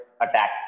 attack